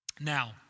Now